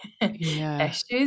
issues